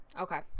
okay